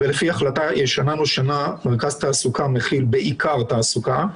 ולפי החלטה ישנה נושנה מרכז תעסוקה מכיל בעיקר תעסוקה,